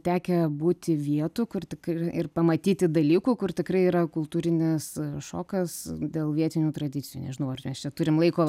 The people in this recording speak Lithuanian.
tekę būti vietų kur tikri ir pamatyti dalykų kur tikrai yra kultūrinis šokas dėl vietinių tradicijų nežinau ar mes čia turim laiko